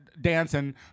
dancing